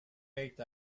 baked